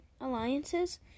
Alliances